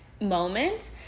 moment